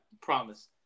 promise